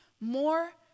more